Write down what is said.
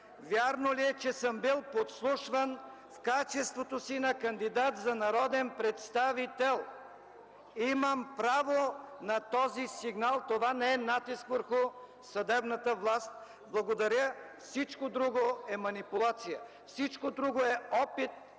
вярно ли е, че съм бил подслушван в качеството си на кандидат за народен представител. Имам право на този сигнал – това не е натиск върху съдебната власт. Благодаря. Всичко друго е манипулация. Всичко друго е опит